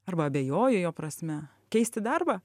arba abejoju jo prasme keisti darbą